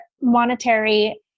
monetary